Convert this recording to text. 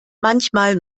manchmal